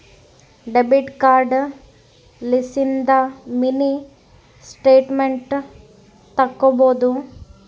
debit card ಲಿಸಿಂದ mini statement ತಕ್ಕೊಬೊದು